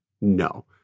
No